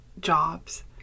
jobs